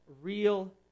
real